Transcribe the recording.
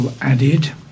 added